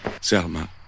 Selma